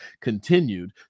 continued